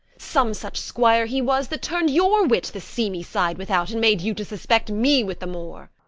some such squire he was that turn'd your wit the seamy side without, and made you to suspect me with the moor.